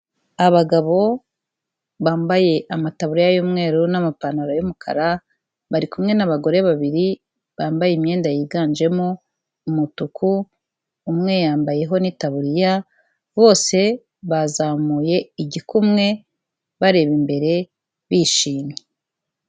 Abagabo bambaye amataburiya y'umweru n'amapantaro y'umukara, bari kumwe n'abagore babiri bambaye imyenda yiganjemo umutuku, umwe yambaye ho n'itaburiya, bose bazamuye igikumwe bareba imbere bishimye.